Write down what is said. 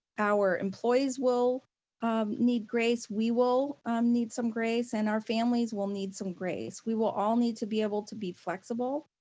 our employees will um need grace, we will need some grace and our families will need some grace. we will all need to be able to be flexible.